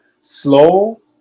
slow